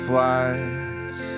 Flies